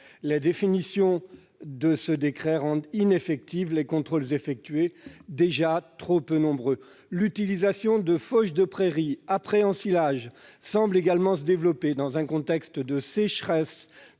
Le flou de ce décret rend par ailleurs ineffectifs les contrôles, déjà trop peu nombreux. L'utilisation de fauches de prairies après ensilage semble également se développer, dans un contexte de sécheresses